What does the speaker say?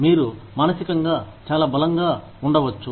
మీరు మానసికంగా చాలా బలంగా ఉండవచ్చు